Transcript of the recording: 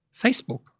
Facebook